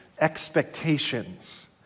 expectations